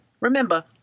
Remember